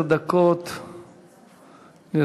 עשר דקות לרשותך.